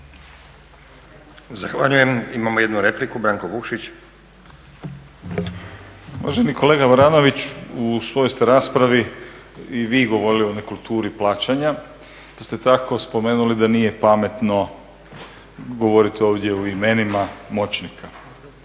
Zahvaljujem. Imamo jednu repliku, Branko Vukšić. **Vukšić, Branko (Nezavisni)** Poštovani kolega Maranović, u svojoj ste raspravi i vi govorili o nekulturi plaćanja te ste tako spomenuli da nije pametno govoriti ovdje o imenima moćnika,